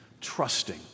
Trusting